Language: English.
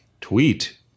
tweet